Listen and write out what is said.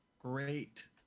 great